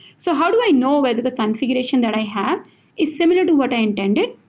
so how do i know whether the configuration that i have is similar to what i intended?